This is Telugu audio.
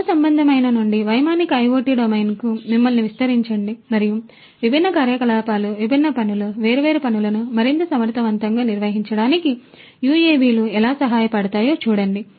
భూసంబంధమైన నుండి వైమానిక IoT డొమైన్కు మిమ్మల్ని విస్తరించండి మరియు విభిన్న కార్యకలాపాలు విభిన్న పనులు వేర్వేరు పనులను మరింత సమర్థవంతంగా నిర్వహించడానికి UAV లు ఎలా సహాయపడతాయో చూడండి